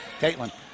caitlin